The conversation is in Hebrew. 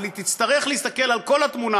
אבל היא תצטרך להסתכל על כל התמונה,